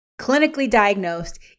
clinically-diagnosed